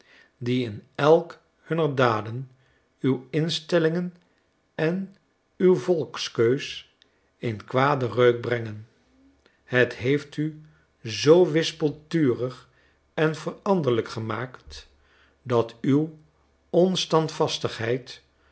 die in elk hunner daden uw instellingen en uw volkskeus in kwaden reuk brengen het heeft u zoo wispelturig en veranderlyk gemaakt dat uw